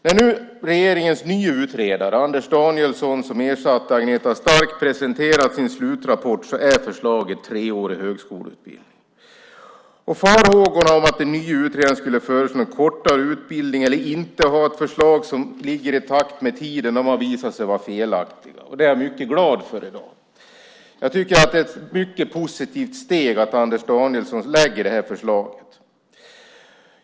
När nu regeringens nye utredare Anders Danielsson som ersatte Agneta Stark har presenterat sin slutrapport är förslaget en treårig högskoleutbildning. Farhågorna att den nye utredaren skulle föreslå en kortare utbildning eller inte lägga fram ett förslag som ligger i takt med tiden har visat sig vara felaktiga. Det är jag glad för i dag. Det är ett mycket positivt steg att Anders Danielsson lägger fram detta förslag.